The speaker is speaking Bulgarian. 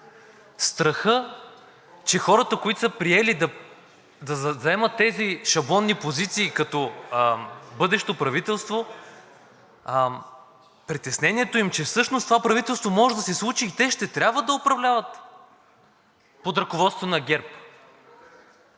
страха, че хората, които са приели да заемат тези шаблонни позиции като бъдещо правителство, притеснението им, че всъщност това правителство може да се случи и те ще трябва да управляват под ръководството на ГЕРБ,